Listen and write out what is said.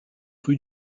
rue